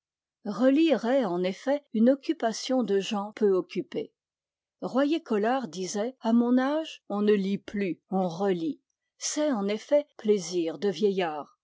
est en effet une occupation de gens peu occupés royer-collard disait à mon âge on ne lit plus on relit c'est en effet plaisir de vieillard